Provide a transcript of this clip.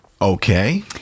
Okay